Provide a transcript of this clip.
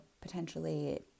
potentially